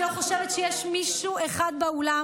אני לא חושבת שיש מישהו אחד באולם,